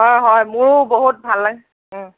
অঁ হয় মোৰো বহুত ভাল লাগে